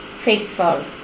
faithful